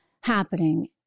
happening